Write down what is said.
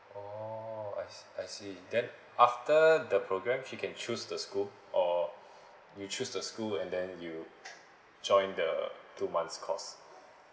oh I I see then after the program she can choose the school or you choose the school and then you join the two months course